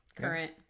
current